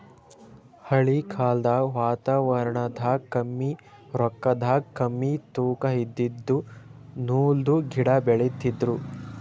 ಹಳಿ ಕಾಲ್ದಗ್ ವಾತಾವರಣದಾಗ ಕಮ್ಮಿ ರೊಕ್ಕದಾಗ್ ಕಮ್ಮಿ ತೂಕಾ ಇದಿದ್ದು ನೂಲ್ದು ಗಿಡಾ ಬೆಳಿತಿದ್ರು